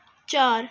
ਚਾਰ